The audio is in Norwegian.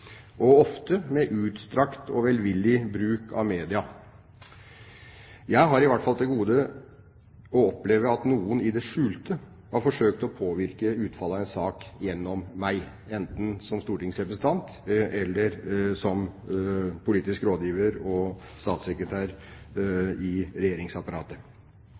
og ofte med utstrakt og velvillig bruk av media. Jeg har i hvert fall til gode å oppleve at noen i det skjulte har forsøkt å påvirke utfallet av en sak gjennom meg, enten som stortingsrepresentant, som politisk rådgiver eller som statssekretær i regjeringsapparatet.